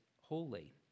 holy